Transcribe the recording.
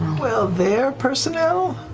well, their personnel?